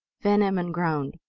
van emmon groaned.